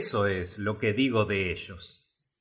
eso es lo que digo de ellos